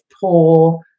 poor